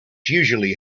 usually